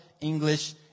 English